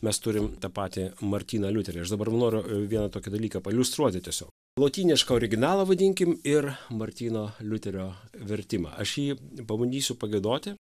mes turim tą patį martyną liuterį aš dabar noriu vieną tokį dalyką pailiustruoti tiesiog lotynišką originalą vadinkim ir martyno liuterio vertimą aš jį pabandysiu pagiedoti